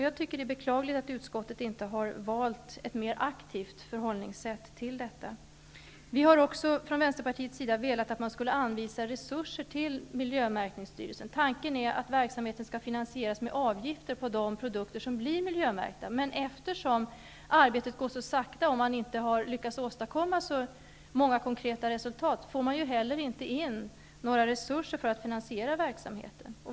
Jag tycker att det är beklagligt att utskottet inte har valt ett mer aktivt förhållningssätt till detta. Vi har också från Vänsterpartiets sida velat att man skulle anvisa resurser till miljömärkningsstyrelsen. Tanken är att verksamheten skall finansieras med avgifter på de produkter som blir miljömärkta. Men eftersom arbetet går så sakta och man inte har lyckats åstadkomma så många konkreta resultat, får man heller inte in några resurser för att finansiera verksamheten.